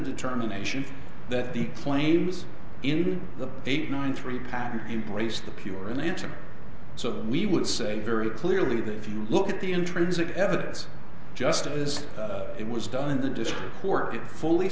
determination that the claims in the eight nine three patent embrace the pure in answer so we would say very clearly that if you look at the intrinsic evidence just as it was done in the district court it fully